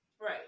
right